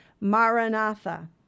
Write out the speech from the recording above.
Maranatha